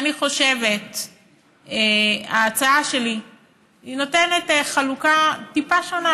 אני חושבת שההצעה שלי נותנת חלוקה טיפה שונה,